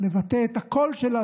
לבטא את הקול שלה,